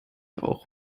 auch